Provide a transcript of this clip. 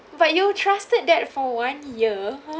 but you trusted that for one year